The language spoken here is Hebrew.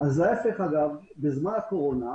בזמן הקורונה